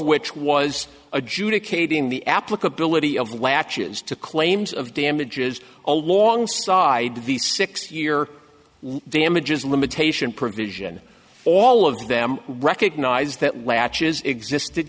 which was adjudicating the applicability of latches to claims of damages alongside the six year damages limitation provision all of them recognize that latches existed